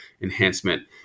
enhancement